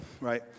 right